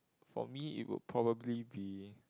for me it would probably me